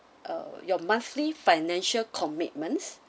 uh your monthly financial commitments